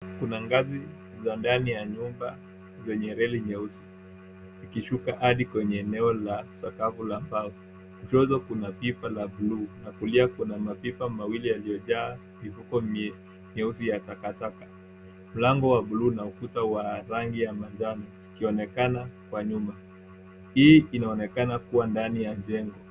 Kuna ngazi za ndani ya nyumba zenye reli nyeusi ikishuka hadi kwenye eneo la sakafu la mbao. Kushoto kuna pipa la buluu na kulia mapipa mawili yaliyojaa mifuko nyeusi ya takataka. Mlango wa buluu na ukuta wa rangi ya manjano zikionekana kwa nyuma. Hii inaonekana kuwa ndani ya jengo.